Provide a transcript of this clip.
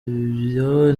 ibyo